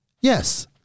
Yes